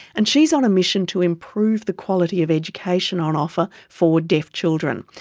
and she's on a mission to improve the quality of education on offer for deaf children.